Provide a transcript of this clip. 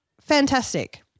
fantastic